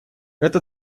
это